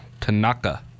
Tanaka